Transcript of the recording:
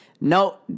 no